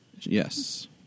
Yes